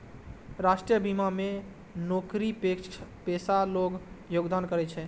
राष्ट्रीय बीमा मे नौकरीपेशा लोग योगदान करै छै